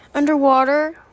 underwater